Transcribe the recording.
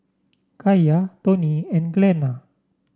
Kaia Toni and Glenna